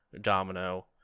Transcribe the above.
Domino